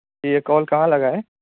جی یہ کال کہاں لگا ہے